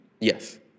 Yes